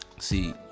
See